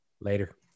Later